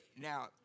now